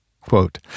Quote